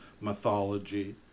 mythology